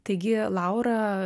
taigi laura